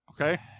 Okay